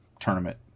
tournament